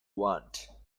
want